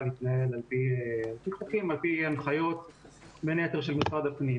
להתנהל על פי הנחיות בין היתר של משרד הפנים.